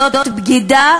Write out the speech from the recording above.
זאת בגידה